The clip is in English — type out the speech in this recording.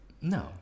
No